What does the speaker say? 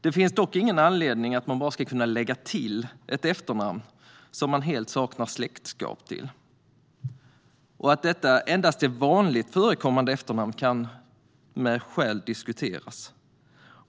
Det finns dock ingen anledning att man ska kunna lägga till ett efternamn som man helt saknar släktskap till. Att det endast gäller vanligt förekommande efternamn bör diskuteras.